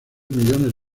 millones